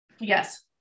Yes